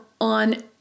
on